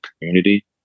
community